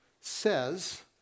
says